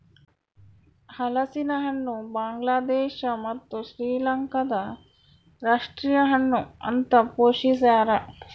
ಹಲಸಿನಹಣ್ಣು ಬಾಂಗ್ಲಾದೇಶ ಮತ್ತು ಶ್ರೀಲಂಕಾದ ರಾಷ್ಟೀಯ ಹಣ್ಣು ಅಂತ ಘೋಷಿಸ್ಯಾರ